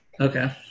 okay